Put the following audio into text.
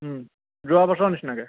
যোৱা বছৰৰ নিচিনাকে